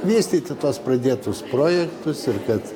vystyti tuos pradėtus projektus ir kad